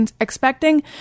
expecting